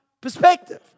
perspective